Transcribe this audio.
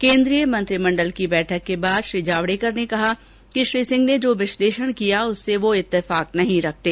केंद्रीय मंत्रिमंडल की बैठक के बाद श्री जावडेकर ने कहा कि श्री सिंह ने जो विश्लेषण किया उससे वे इतेफाक नहीं रखते